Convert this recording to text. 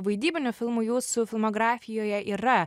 vaidybinių filmų jūsų filmografijoje yra